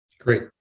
great